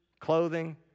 clothing